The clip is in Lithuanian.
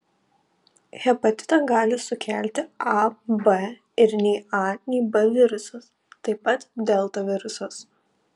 hepatitą gali sukelti a b ir nei a nei b virusas taip pat delta virusas